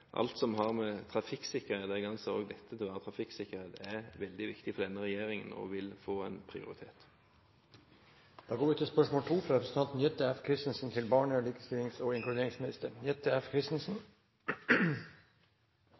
alt som har med trafikksikkerhet å gjøre – og dette er trafikksikkerhet – er veldig viktig for denne regjeringen og vil få en prioritet. «De siste ukene har vi hatt en debatt om rasisme i Norge. Det er et sosialt og